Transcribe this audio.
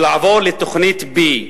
ולעבור לתוכנית B,